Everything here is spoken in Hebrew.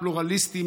פלורליסטי,